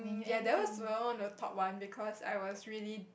ya that was one of the top one because I was really